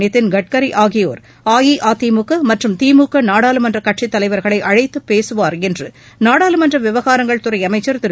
நிதின் கட்கரி ஆகியோர் அஇஅதிமுக மற்றும் திமுக நாடாளுமன்ற கட்சித் தலைவர்களை அழைத்துப் பேசுவார் என்று நாடாளுமன்ற விவகாரங்கள் துறை அமைச்சர் திரு